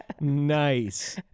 Nice